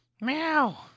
Meow